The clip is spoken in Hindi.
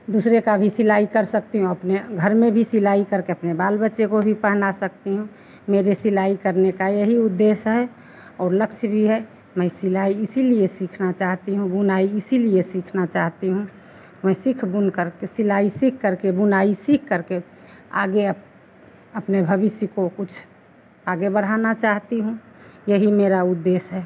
दूसरे का भी सिलाई कर सकती हूँ अपने घर में भी सिलाई करके अपने बाल बच्चे को भी पहना सकती हूँ मेरे सिलाई करने का यही उद्देश्य है और लक्ष्य भी है मैं सिलाई इसलिए सीखना चाहती हूँ बुनाई इसलिए सीखना चाहती हूँ मैं सीख बुन करके सिलाई सीख करके बुनाई सीख करके आगे अपने भविष्य को कुछ आगे बढ़ना चाहती हूँ यही मेरा उद्येश्य है